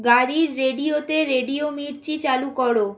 গাড়ির রেডিওতে রেডিও মির্চি চালু করো